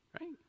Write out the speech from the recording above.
right